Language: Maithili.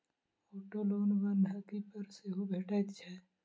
औटो लोन बन्हकी पर सेहो भेटैत छै